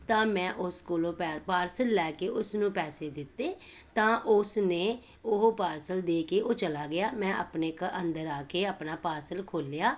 ਤਾਂ ਮੈਂ ਉਸ ਕੋਲੋਂ ਪੈਰ ਪਾਰਸਲ ਲੈ ਕੇ ਉਸ ਨੂੰ ਪੈਸੇ ਦਿੱਤੇ ਤਾਂ ਉਸ ਨੇ ਉਹ ਪਾਰਸਲ ਦੇ ਕੇ ਉਹ ਚਲਾ ਗਿਆ ਮੈਂ ਆਪਣੇ ਘ ਅੰਦਰ ਆ ਕੇ ਆਪਣਾ ਪਾਰਸਲ ਖੋਲ੍ਹਿਆ